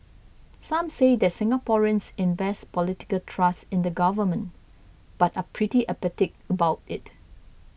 some say that Singaporeans invest political trust in the government but are pretty apathetic about it